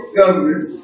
government